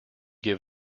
give